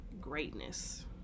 greatness